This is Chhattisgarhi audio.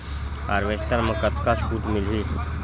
हारवेस्टर म कतका छूट मिलही?